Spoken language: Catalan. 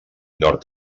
nord